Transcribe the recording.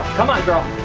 come on girl.